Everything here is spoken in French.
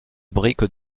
briques